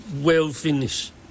well-finished